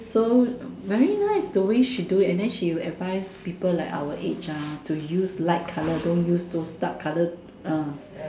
so very nice the way she do it and then she advise people like our age ah to use light colour don't use those dark colour uh